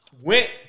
went